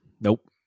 Nope